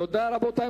תודה, רבותי.